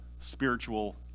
spiritual